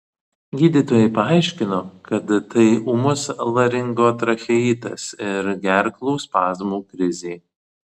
gydytojai paaiškino kad tai ūmus laringotracheitas ir gerklų spazmų krizė